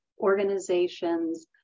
organizations